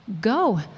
go